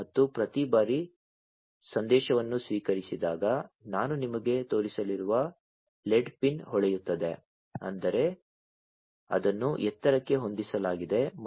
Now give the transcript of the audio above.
ಮತ್ತು ಪ್ರತಿ ಬಾರಿ ಸಂದೇಶವನ್ನು ಸ್ವೀಕರಿಸಿದಾಗ ನಾನು ನಿಮಗೆ ತೋರಿಸಲಿರುವ ಲೆಡ್ ಪಿನ್ ಹೊಳೆಯುತ್ತದೆ ಅಂದರೆ ಅದನ್ನು ಎತ್ತರಕ್ಕೆ ಹೊಂದಿಸಲಾಗಿದೆ ಮತ್ತು